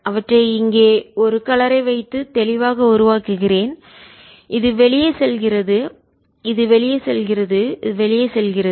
அவற்றை இங்கே ஒரு கலரை வைத்து வண்ணத்தில் தெளிவாக உருவாக்குகிறேன் இது வெளியே செல்கிறது இது வெளியே செல்கிறது வெளியே செல்கிறது வெளியே செல்கிறது